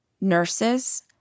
nurses